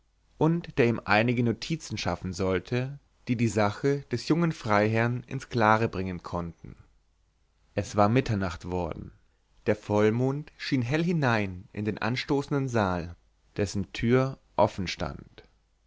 und der ihm einige notizen schaffen sollte die die sache des jungen freiherrn ins klare bringen konnten es war mitternacht worden der vollmond schien heil hinein in den anstoßenden saal dessen tür offen stand